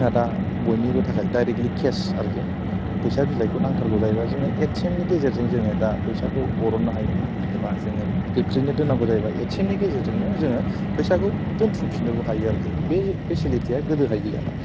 जोंहा दा बयनिबो थाखाय दाइरेक्टलि केश आरोखि फैसा बिलाइखौ नांथारगौ जायोबा जोङो ए टि एमनि गेजेरजों जोङो दा फैसाखौ दिहुननो हायो एबा जोङो गोख्रैनो दोननांगौ जायोबा ए टि एमनि गेजेरजोंनो जोङो फैसाखौ दोनथुमफिननोबो हायो आरोखि बे फेसिलिटिया गोदोहाय गैयामोन